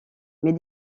mais